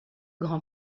grand